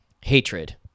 hatred